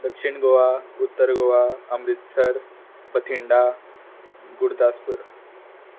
दक्षीण गोवा उत्तर गोवा अमृतसर बटिंडा गुरुदासपूर